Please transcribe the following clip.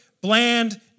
bland